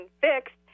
fixed